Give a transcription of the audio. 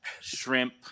shrimp